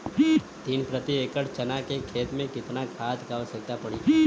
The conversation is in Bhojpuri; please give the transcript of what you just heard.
तीन प्रति एकड़ चना के खेत मे कितना खाद क आवश्यकता पड़ी?